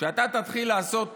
כשאתה תתחיל לעשות